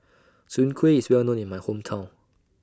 Soon Kway IS Well known in My Hometown